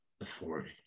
authority